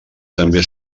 també